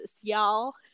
y'all